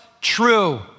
true